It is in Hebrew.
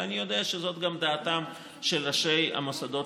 ואני יודע שזו גם דעתם של ראשי המוסדות